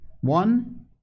One